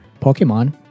Pokemon